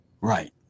Right